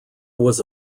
was